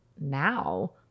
now